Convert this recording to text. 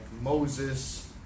Moses